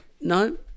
No